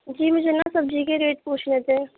جی مجھے نا سبزی کے ریٹ پوچھنے تھے